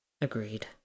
Agreed